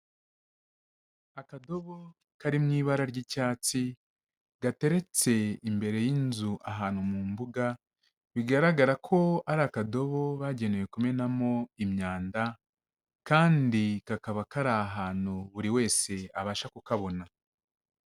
Akadobo kari mu ibara ry'icyatsi gateretse imbere y'inzu ahantu mu mbuga, bigaragara ko ari akadobo bagenewe kumenamo imyanda kandi kakaba kari ahantu buri wese abasha kukabona.